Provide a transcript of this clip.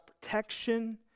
protection